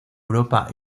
europa